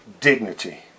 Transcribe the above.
dignity